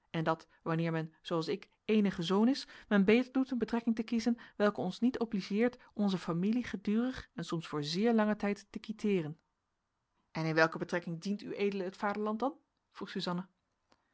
en dat wanneer men zooals ik eenige zoon is men beter doet een betrekking te kiezen welke ons niet obligeert onze familie gedurig en soms voor zeer langen tijd te quiteeren en in welke betrekking dient ued het vaderland dan